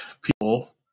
people